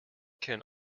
can